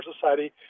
society